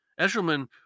Eshelman